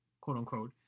quote-unquote